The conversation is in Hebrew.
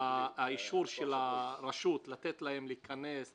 האישור של הרשות לתת להם להיכנס,